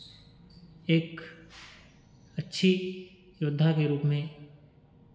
एक अच्छी योद्धा के रूप में